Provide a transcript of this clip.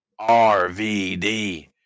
RVD